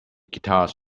guitars